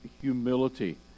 humility